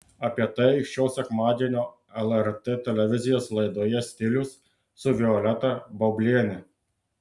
apie tai šio sekmadienio lrt televizijos laidoje stilius su violeta baubliene